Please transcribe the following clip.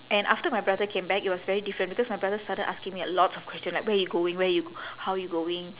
and after my brother came back it was very different because my brother started asking me lots of question like where you going where you how you going